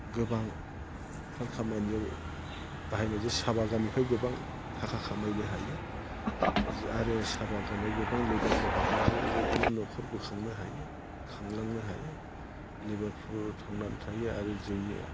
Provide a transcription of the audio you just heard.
गोबांथार खामानियाव बाहायनाय जे साहा बागाननिफ्राय गोबां थाखा खामायनो हायो आरो साहा बागानाव गोबां लेबारफोर हाबनानै बेबायदिनो न'खर बोखांनो हायो खांलांनो हायो लेबारफोर थांनानै थायो आरो जोंनिया